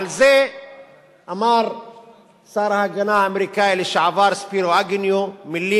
על זה אמר שר ההגנה האמריקני לשעבר ספירו אגניו מלים